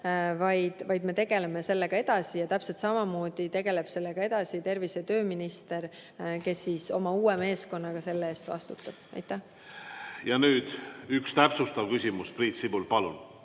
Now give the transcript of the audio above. Me tegeleme sellega edasi ja täpselt samamoodi tegeleb sellega edasi tervise- ja tööminister, kes oma uue meeskonnaga selle eest vastutab. Ja nüüd üks täpsustav küsimus. Priit Sibul, palun!